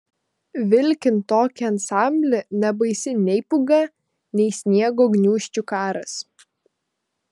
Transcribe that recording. vilkint tokį ansamblį nebaisi nei pūga nei sniego gniūžčių karas